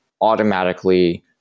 automatically